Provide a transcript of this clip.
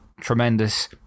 tremendous